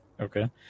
Okay